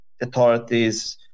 authorities